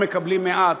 הם מקבלים מעט,